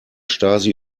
stasi